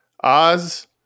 Oz